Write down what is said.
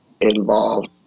involved